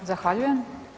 Zahvaljujem.